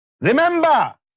Remember